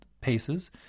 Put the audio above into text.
paces